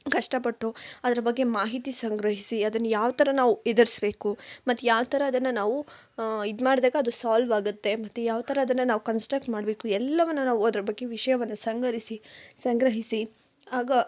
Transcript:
ಕಷ್ಟಪಟ್ಟು ಅದ್ರ ಬಗ್ಗೆ ಮಾಹಿತಿ ಸಂಗ್ರಹಿಸಿ ಅದನ್ನು ಯಾವ ಥರ ನಾವು ಎದುರಿಸ್ಬೇಕು ಮತ್ತು ಯಾವ ಥರ ಅದನ್ನು ನಾವು ಇದು ಮಾಡ್ದಾಗ ಅದು ಸಾಲ್ವ್ ಆಗುತ್ತೆ ಮತ್ತೆ ಯಾವ ಥರ ಅದನ್ನು ನಾವು ಕನ್ಸ್ಟ್ರಕ್ಟ್ ಮಾಡಬೇಕು ಎಲ್ಲವನ್ನು ನಾವು ಅದ್ರ ಬಗ್ಗೆ ವಿಷಯವನ್ನು ಸಂಗರಿಸಿ ಸಂಗ್ರಹಿಸಿ ಆಗ